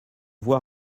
voit